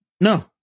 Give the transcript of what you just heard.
No